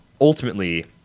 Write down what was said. Ultimately